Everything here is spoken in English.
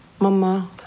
Mama